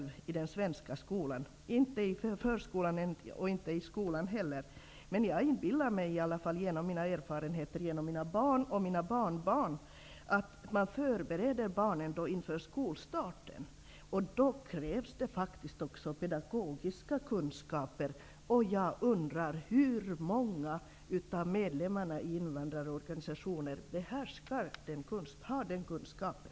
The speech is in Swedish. Visserligen har jag själv varken gått i den svenska förskolan eller skolan, men tack vare mina erfarenheter genom mina barn och barnbarn föreställer jag mig att det är så. Hur många medlemmar i invandrarorganisationerna har sådana kunskaper?